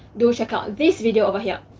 do check out this video over here.